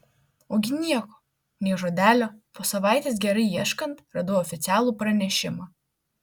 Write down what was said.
ogi nieko nei žodelio po savaitės gerai ieškant radau oficialų pranešimą